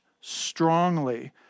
strongly